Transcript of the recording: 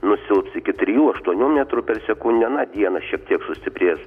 nusilps iki trijų aštuonių metrų per sekundę dieną šiek tiek sustiprės